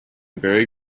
very